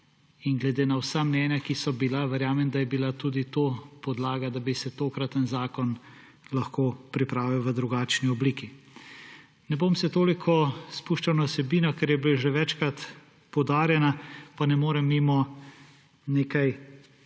in glede na vsa mnenja, ki so bila. Verjamem, da je bila tudi to podlaga, da bi se tokraten zakon lahko pripravil v drugačni obliki. Ne bom se toliko spuščal na vsebino, ker je bila že večkrat poudarjena, pa ne morem mimo nekaj poudarkov,